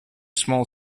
small